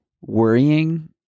worrying